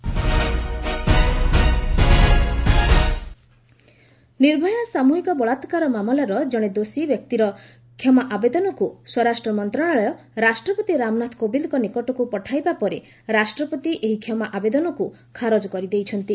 MHA Nirbhaya Nirbhaya ସାମ୍ରହିକ ବଳାକାର ମାମଲାର ଜଣେ ଦୋଷୀ ବ୍ୟକ୍ତିର କ୍ଷମା ଆବେଦନକ୍ ସ୍ୱରାଷ୍ଟ୍ର ମନ୍ତ୍ରଣାଳୟ ରାଷ୍ଟପ୍ରତି ରାମନାଥ କୋବିନ୍ଦ୍ଙ୍କ ନିକଟକୃ ପଠାଇବା ପରେ ରାଷ୍ଟ୍ରପତି ଏହି କ୍ଷମା ଆବେଦନକୁ ଖାରଜ କରିଦେଇଛନ୍ତି